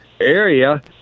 area